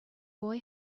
boy